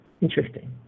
Interesting